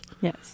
Yes